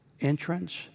entrance